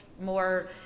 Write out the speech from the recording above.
more